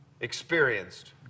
experienced